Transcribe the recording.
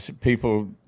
people